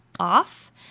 off